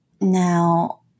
Now